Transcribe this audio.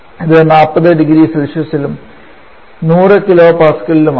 ഇത് 400C യിലും 100 KPa യിലും ആണ്